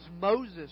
Moses